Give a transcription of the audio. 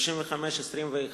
35(21)(א)